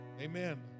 Amen